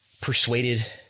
persuaded